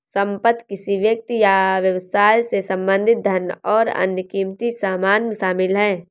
संपत्ति किसी व्यक्ति या व्यवसाय से संबंधित धन और अन्य क़ीमती सामान शामिल हैं